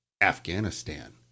Afghanistan